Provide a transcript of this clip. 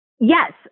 Yes